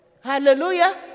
Hallelujah